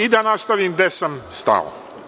I da nastavim gde sam stao.